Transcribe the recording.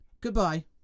goodbye